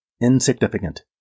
insignificant